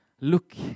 look